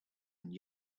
and